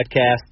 podcast